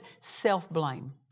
Self-blame